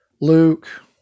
Luke